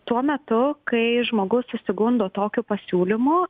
tuo metu kai žmogus susigundo tokiu pasiūlymu